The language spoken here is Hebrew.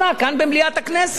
כאן במליאת הכנסת.